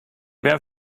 ben